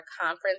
conference